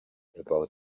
about